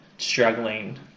...struggling